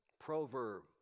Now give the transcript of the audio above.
proverb